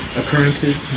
occurrences